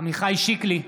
עמיחי שיקלי,